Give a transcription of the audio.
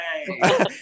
hey